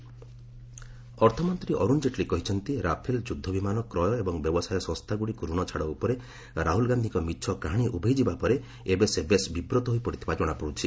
ଜେଟ୍ଲୀ ଏଫ୍ବି ଅର୍ଥମନ୍ତ୍ରୀ ଅରୁଣ କେଟ୍ଲୀ କହିଛନ୍ତି ରାଫେଲ୍ ଯୁଦ୍ଧବିମାନ କ୍ରୟ ଏବଂ ବ୍ୟବସାୟ ସଂସ୍ଥାଗୁଡ଼ିକୁ ରଣ ଛାଡ଼ ଉପରେ ରାହୁଲ୍ ଗାନ୍ଧିଙ୍କ ମିଛ କାହାଣୀ ଉଭେଇ ଯିବାପରେ ଏବେ ସେ ବେଶ୍ ବିବ୍ରତ ହୋଇପଡ଼ିଥିବା ଜଣାପଡ଼ିଛି